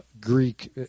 Greek